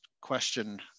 question